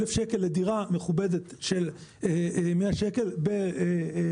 שקל לדירה מכובדת של 100 מטר ברוויה.